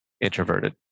introverted